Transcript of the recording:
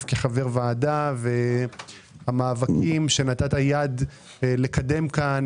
כחבר ועדה ובמאבקים שנתת יד לקדם כאן,